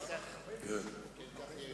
עדיף